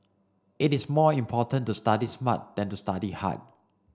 it is more important to study smart than to study hard